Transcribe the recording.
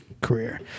career